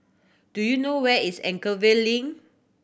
do you know where is Anchorvale Link